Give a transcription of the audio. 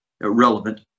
relevant